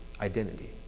identity